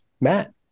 matt